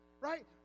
right